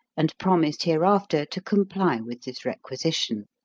and promised hereafter to comply with this requisition.